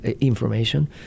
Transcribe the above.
information